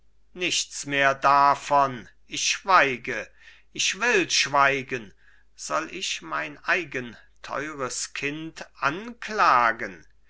nichts mehr davon ich schweige ich will schweigen soll ich mein eigen teures kind anklagen